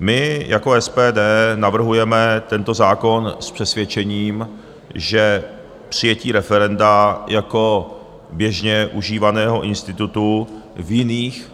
My jako SPD navrhujeme tento zákon s přesvědčením, že přijetí referenda jako běžně užívaného institutu v jiných